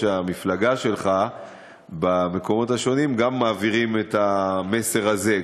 המפלגה שלך במקומות שונים גם מעבירים את המסר הזה,